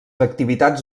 activitats